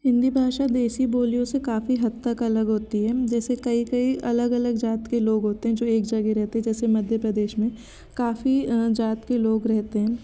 हिन्दी भाषा देशी बोलियों से काफ़ी हद तक अलग होती है जैसे कई कई अलग अलग जात के लोग होते हैं जो एक जगह रहते हैं जैसे मध्य प्रदेश में काफ़ी जात के लोग रहते हैं